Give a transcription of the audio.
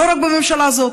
לא רק בממשלה הזאת